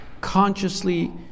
consciously